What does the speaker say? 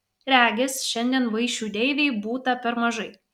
regis šiandien vaišių deivei būta per mažai